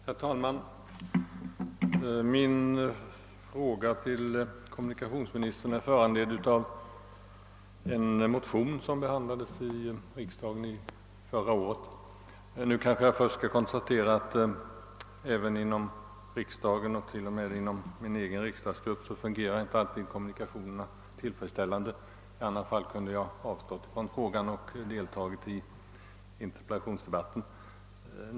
Herr talman! Min fråga till kommunikationsministern var föranledd av en motion som behandlades av föregående års riksdag. Jag skall kanske först konstatera att kommunikationerna inom riksdagen och t.o.m. inom min egen riksdagsgrupp inte alltid fungerar tillfredsställande. Om så hade varit fallet, hade jag kanske kunnat avstå från min fråga och i stället nöjt mig med att delta i interpellationsdebatten.